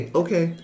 okay